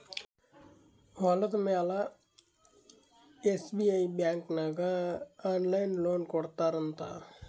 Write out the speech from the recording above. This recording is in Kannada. ಹೊಲುದ ಮ್ಯಾಲ ಎಸ್.ಬಿ.ಐ ಬ್ಯಾಂಕ್ ನಾಗ್ ಆನ್ಲೈನ್ ಲೋನ್ ಕೊಡ್ತಾರ್ ಅಂತ್